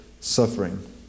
suffering